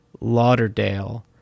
Lauderdale